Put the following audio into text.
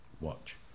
watch